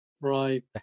Right